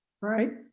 right